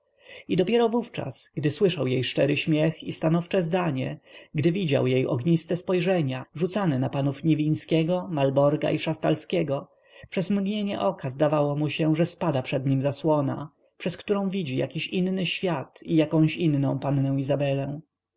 i dopiero wówczas gdy słyszał jej szczery śmiech i stanowcze zdania kiedy widział jej ogniste spojrzenia rzucane na panów niwińskiego malborga i szastalskiego przez mgnienie oka zdawało mu się że spada przed nim zasłona poza którą widzi jakiś inny świat i jakąś inną pannę izabelę